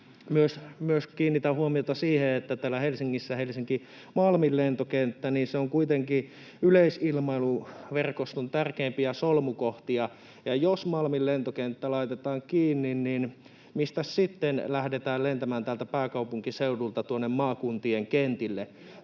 kiinnitän huomiota siihen, että täällä Helsingissä Helsinki-Malmin lentokenttä on kuitenkin yleisilmailuverkoston tärkeimpiä solmukohtia, ja jos Malmin lentokenttä laitetaan kiinni, niin mistäs sitten lähdetään lentämään täältä pääkaupunkiseudulta tuonne maakuntien kentille?